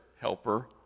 helper